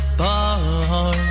bar